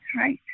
right